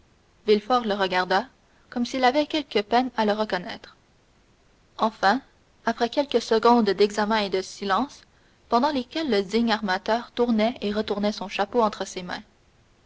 le regarda comme s'il avait quelque peine à le reconnaître enfin après quelques secondes d'examen et de silence pendant lesquelles le digne armateur tournait et retournait son chapeau entre ses mains